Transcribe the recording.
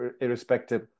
irrespective